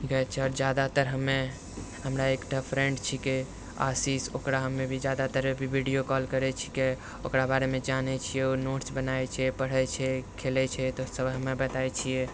दिखाय छियै आओर जादातर हमे हमरा एकटा फ्रेंड छीके आशीष ओकरा हमे भी जादातर अभी वीडियो कॉल करै छीके ओकरा बारेमे जानै छियै ओ नोट्स बनाबै छै पढ़ै छै खेलै छै तऽ सब हमे बताबै छियै